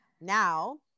Now